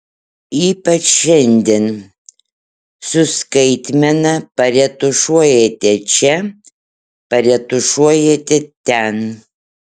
ypač šiandien su skaitmena paretušuojate čia paretušuojate ten